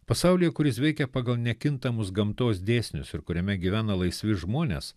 pasaulyje kuris veikia pagal nekintamus gamtos dėsnius ir kuriame gyvena laisvi žmonės